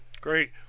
Great